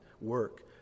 work